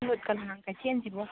ꯅꯨꯠ ꯀꯂꯥꯡ ꯀꯩꯊꯦꯟꯁꯤꯕꯣ